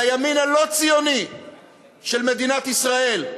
לימין הלא-ציוני של מדינת ישראל,